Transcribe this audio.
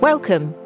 Welcome